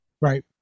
Right